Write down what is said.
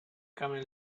camel